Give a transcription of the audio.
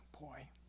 boy